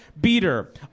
beater